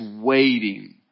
waiting